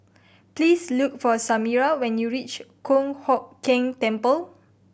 please look for Samira when you reach Kong Hock Keng Temple